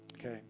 Okay